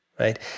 right